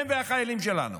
הם והחיילים שלנו.